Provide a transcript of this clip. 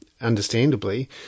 understandably